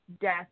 death